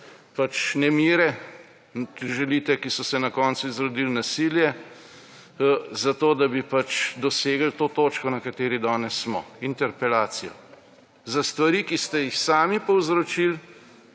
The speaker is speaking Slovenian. pač nemire, ki so se na koncu izrodili v nasilje, zato da bi pač dosegli to točko, na kateri danes smo. Interpelacijo! Za stvari, ki ste jih sami povzročili,